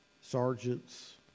sergeants